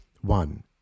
One